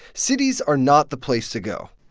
cities are not the place to go